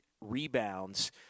rebounds